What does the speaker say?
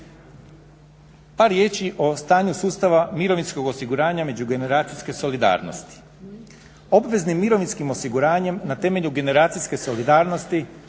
Par riječi o stanju sustava mirovinskog osiguranja međugeneracijske solidarnosti. Obveznim mirovinskim osiguranjem na temelju generacijske solidarnosti